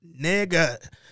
nigga